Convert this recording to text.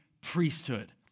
priesthood